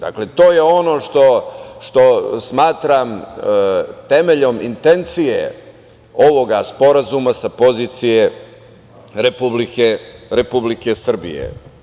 Dakle, to je ono što smatram temeljom intencije ovog sporazuma sa pozicije Republike Srbije.